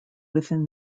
within